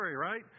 right